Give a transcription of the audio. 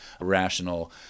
rational